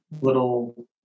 little